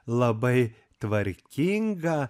labai tvarkingą